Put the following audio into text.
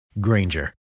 Granger